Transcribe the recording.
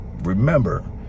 Remember